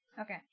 Okay